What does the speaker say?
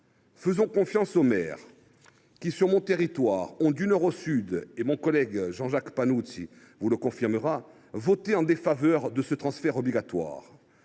Faisons confiance aux maires qui, sur mon territoire, ont, du nord au sud – mon collègue Jean Jacques Panunzi vous le confirmera –, voté en défaveur de ce transfert obligatoire.